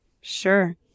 Sure